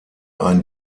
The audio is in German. ein